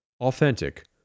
authentic